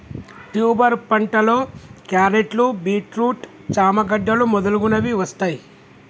tuber పంటలో క్యారెట్లు, beetroot, చామ గడ్డలు మొదలగునవి వస్తాయ్